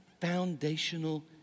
foundational